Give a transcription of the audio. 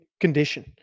Condition